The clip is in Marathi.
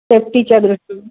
सेफ्टीच्या दृष्टीने